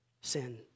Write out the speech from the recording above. sin